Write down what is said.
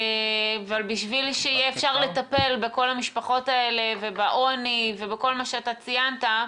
בשביל שאפשר יהיה לטפל בכל המשפחות האלה ובעוני ובכל מה שציינת,